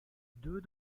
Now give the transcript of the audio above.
deux